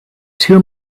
two